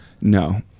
No